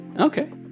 Okay